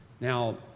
Now